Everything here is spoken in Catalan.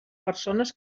persones